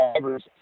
drivers